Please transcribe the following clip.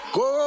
go